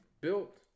built